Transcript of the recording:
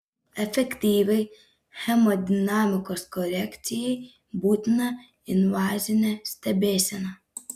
efektyviai hemodinamikos korekcijai būtina invazinė stebėsena